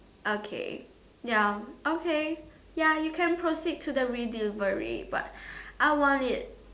okay ya okay ya you can proceed to the redelivery but I want it